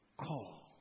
Call